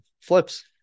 Flips